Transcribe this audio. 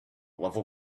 level